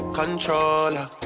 controller